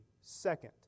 Second